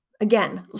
again